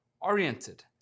oriented